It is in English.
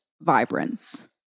vibrance